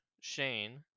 Shane